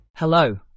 Hello